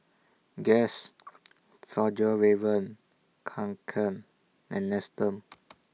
Guess Fjallraven Kanken and Nestum